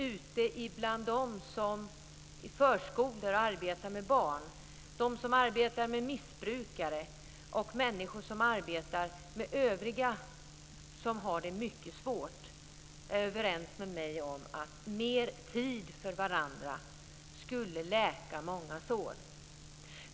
Jag tror att de som arbetar med barn på förskolor, de som arbetar med missbrukare och de som arbetar med övriga som har det mycket svårt är överens med mig om att mer tid för varandra skulle läka många sår.